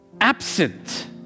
absent